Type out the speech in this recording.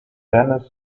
dennis